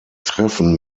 treffen